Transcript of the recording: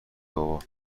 بابا